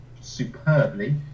superbly